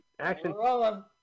action